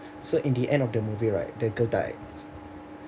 so in the end of the movie right the girl died